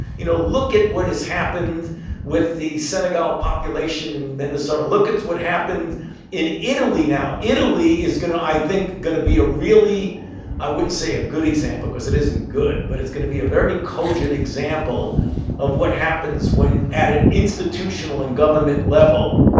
you know look at what has happened with the senegal population in minnesota. look at what happened in italy now. italy is going to, i think, going to be a really i wouldn't say a good example because it isn't good, but it's going to be a very cogent example of what happens when at an institutional and government level,